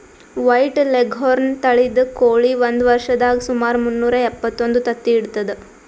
white leghorn ತಳಿದ್ ಕೋಳಿ ಒಂದ್ ವರ್ಷದಾಗ್ ಸುಮಾರ್ ಮುನ್ನೂರಾ ಎಪ್ಪತ್ತೊಂದು ತತ್ತಿ ಇಡ್ತದ್